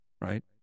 Right